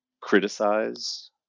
criticize